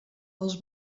els